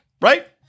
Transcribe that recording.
right